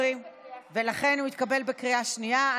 ולכן הוא התקבל בקריאה שנייה.